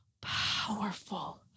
powerful